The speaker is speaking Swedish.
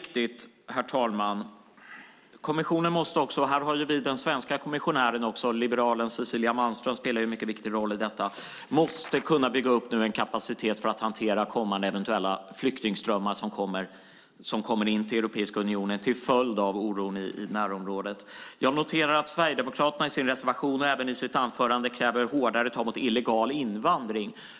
Kommissionen, där den svenska kommissionären liberalen Cecilia Malmström spelar en mycket viktig roll, måste nu kunna bygga upp en kapacitet för att hantera eventuella flyktingströmmar som kommer in till Europiska unionen till följd av oron i närområdet. Detta är viktigt, herr talman. Jag noterar att Sverigedemokraterna i sin reservation och även i anförandet kräver hårdare tag mot illegal invandring.